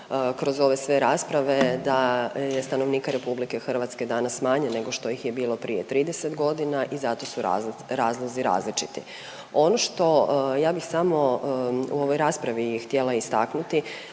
kroz ove sve rasprave da je stanovnika RH danas manje nego što ih je bilo prije 30.g. i zato su razlozi različiti. Ono što ja bih samo u ovoj raspravi htjela istaknuti